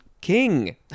king